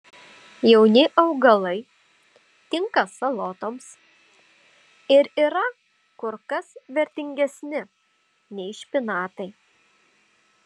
jauni augalai tinka salotoms ir yra kur kas vertingesni nei špinatai